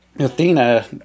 Athena